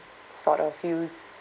sort of use